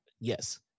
Yes